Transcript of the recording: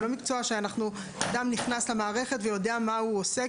זה לא מקצוע שאדם נכנס למערכת ויודע מה הוא עושה,